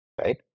right